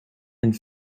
and